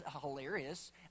hilarious